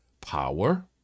power